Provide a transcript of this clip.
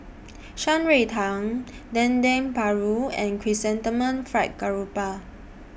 Shan Rui Tang Dendeng Paru and Chrysanthemum Fried Garoupa